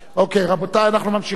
רבותי, אנחנו ממשיכים.